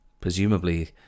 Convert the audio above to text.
presumably